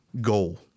goal